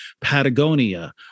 Patagonia